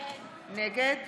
נגד